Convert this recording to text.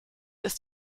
ist